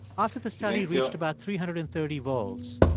after the study reached about three hundred and thirty volts,